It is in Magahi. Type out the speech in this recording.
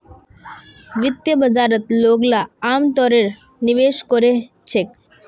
वित्तीय बाजारत लोगला अमतौरत निवेश कोरे छेक